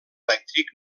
elèctric